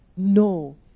No